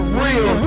real